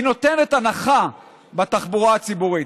היא נותנת הנחה בתחבורה הציבורית,